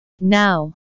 Now